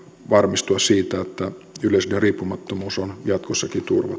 varmistua siitä että yleisradion riippumattomuus on jatkossakin